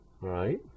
right